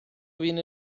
viene